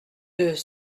deux